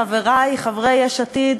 חברי חברי יש עתיד,